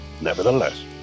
Nevertheless